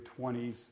20s